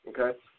Okay